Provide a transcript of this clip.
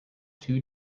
too